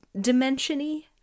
dimension-y